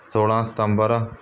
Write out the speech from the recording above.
ਸੋਲ੍ਹਾਂ ਸਤੰਬਰ